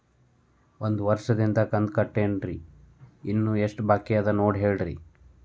ಒಂದು ವರ್ಷದಿಂದ ಕಂತ ಕಟ್ಟೇನ್ರಿ ಇನ್ನು ಎಷ್ಟ ಬಾಕಿ ಅದ ನೋಡಿ ಹೇಳ್ರಿ